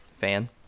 fan